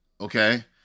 okay